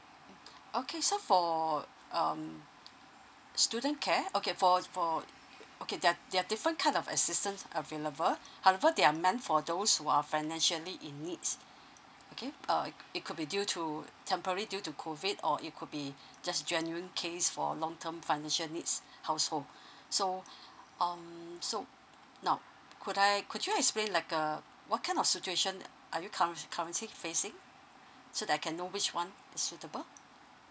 okay so for um student care okay for for okay there are there are different kind of assistance available however they are meant for those who are financially in needs okay uh it could be due to temporary due to COVID or it could be just genuine case for long term financial needs household so um so now could I could you explain like uh what kind of situation are you curren~ currently facing so that I can know which one is suitable